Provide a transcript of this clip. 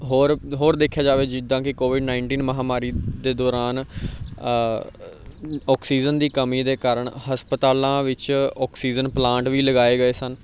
ਹੋਰ ਹੋਰ ਦੇਖਿਆ ਜਾਵੇ ਜਿੱਦਾਂ ਕਿ ਕੋਵਿਡ ਨਾਇਨਟੀਨ ਮਹਾਂਮਾਰੀ ਦੇ ਦੌਰਾਨ ਆਕਸੀਜਨ ਦੀ ਕਮੀ ਦੇ ਕਾਰਨ ਹਸਪਤਾਲਾਂ ਵਿੱਚ ਆਕਸੀਜਨ ਪਲਾਂਟ ਵੀ ਲਗਾਏ ਗਏ ਸਨ